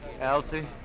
Elsie